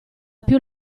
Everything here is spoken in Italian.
più